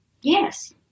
Yes